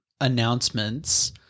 announcements